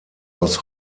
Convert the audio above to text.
aus